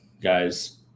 guys